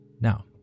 Now